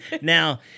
Now